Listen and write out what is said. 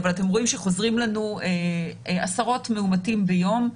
אתם רואים שחוזרים לנו עשרות מאומתים ביום,